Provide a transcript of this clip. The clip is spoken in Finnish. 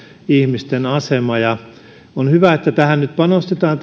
ihmisten asema on hyvä että tähän neuvontaan nyt panostetaan